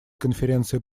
конференции